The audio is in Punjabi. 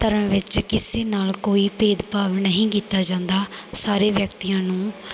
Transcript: ਧਰਮ ਵਿੱਚ ਕਿਸੇ ਨਾਲ ਕੋਈ ਭੇਦਭਾਵ ਨਹੀਂ ਕੀਤਾ ਜਾਂਦਾ ਸਾਰੇ ਵਿਅਕਤੀਆਂ ਨੂੰ